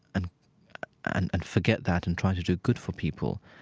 and and and forget that and try to do good for people.